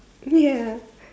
ya